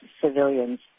civilians